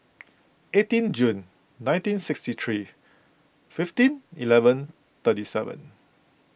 eighteen June nineteen sixty three fifteen eleven thirty seven